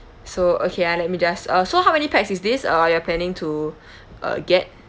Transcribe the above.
so okay ah let me just uh so how many pax is this uh you are planning to uh get